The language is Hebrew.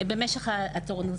במשך התורנות,